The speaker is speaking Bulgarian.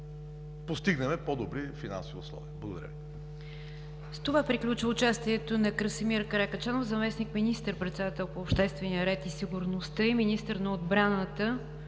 постигнем по-добри финансови условия. Благодаря. ПРЕДСЕДАТЕЛ НИГЯР ДЖАФЕР: С това приключи участието на Красимир Каракачанов – заместник-министър председател по обществения ред и сигурността и министър на отбраната